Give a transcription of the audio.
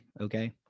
Okay